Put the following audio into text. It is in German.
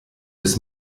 des